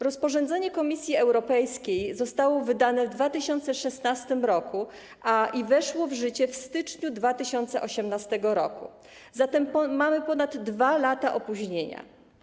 Rozporządzenie Komisji Europejskiej zostało wydane w 2016 r. i weszło w życie w styczniu 2018 r., a zatem mamy ponad 2 lata opóźniania.